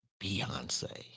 Beyonce